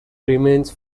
remains